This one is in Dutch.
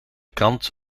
krant